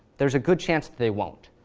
there's a good chance that they won't.